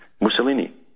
Mussolini